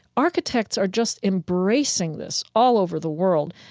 architects are just embracing this all over the world.